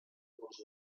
doors